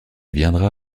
viendras